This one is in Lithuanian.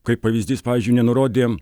kaip pavyzdys pavyzdžiui nenurodė